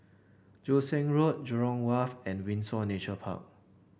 Joo Seng Road Jurong Wharf and Windsor Nature Park